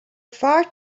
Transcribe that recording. far